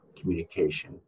communication